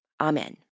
Amen